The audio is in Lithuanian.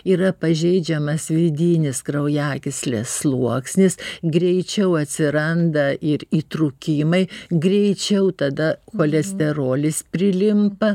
yra pažeidžiamas vidinis kraujagyslės sluoksnis greičiau atsiranda ir įtrūkimai greičiau tada cholesterolis prilimpa